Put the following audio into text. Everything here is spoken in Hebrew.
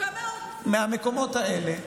מהמקומות האלה,